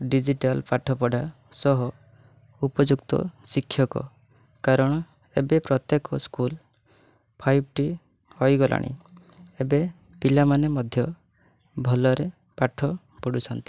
digital ପାଠ ପଢ଼ା ସହ ଉପଯୁକ୍ତ ଶିକ୍ଷକ କାରଣ ଏବେ ପ୍ରତ୍ୟେକ ସ୍କୁଲ୍ ଫାଇଭ୍ ଟି ହୋଇଗଲାଣି ଏବେ ପିଲା ମାନେ ମଧ୍ୟ ଭଲରେ ପାଠ ପଢ଼ୁଛନ୍ତି